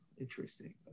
interesting